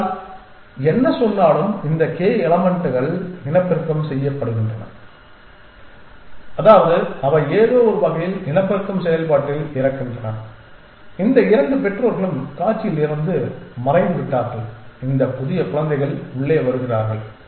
அதனால் என்ன சொன்னாலும் இந்த k எலமென்ட்கள் இனப்பெருக்கம் செய்யப்படுகின்றன அதாவது அவை ஏதோவொரு வகையில் இனப்பெருக்கம் செயல்பாட்டில் இறக்கின்றன இந்த 2 பெற்றோர்களும் காட்சியில் இருந்து மறைந்துவிட்டார்கள் இந்த புதிய குழந்தைகள் உள்ளே வருகிறார்கள்